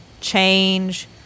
change